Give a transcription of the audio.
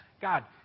God